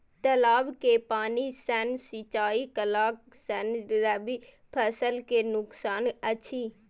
तालाब के पानी सँ सिंचाई करला स रबि फसल के नुकसान अछि?